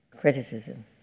criticism